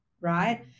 right